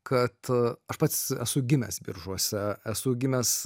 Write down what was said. kad aš pats esu gimęs biržuose esu gimęs